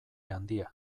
handia